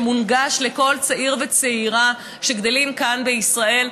שמונגש לכל צעיר וצעירה שגדלים כאן בישראל,